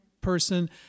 person